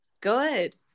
Good